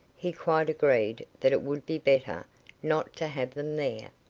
he quite agreed that it would be better not to have them there.